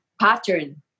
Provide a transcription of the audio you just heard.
pattern